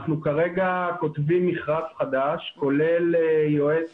אנחנו כרגע כותבים מכרז חדש כולל יועץ